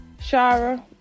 Shara